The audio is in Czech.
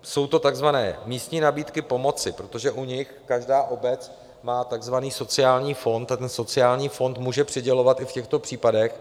Jsou to takzvané místní nabídky pomoci, protože u nich každá obec má takzvaný sociální fond a ten sociální fond může přidělovat i v těchto případech.